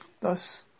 Thus